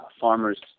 farmers